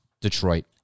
Detroit